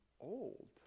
old